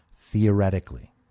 theoretically